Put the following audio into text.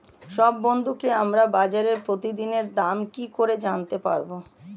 সব বন্ধুকে আমাকে বাজারের প্রতিদিনের দাম কি করে জানাতে পারবো?